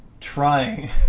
trying